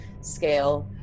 scale